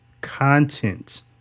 content